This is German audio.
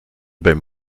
beim